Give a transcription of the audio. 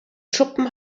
schuppen